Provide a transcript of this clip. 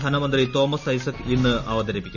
ധനമന്ത്രി തോമസ് ഐസക് ഇന്ന് അവതരിപ്പിക്കും